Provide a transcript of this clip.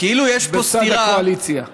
בצד הקואליציה.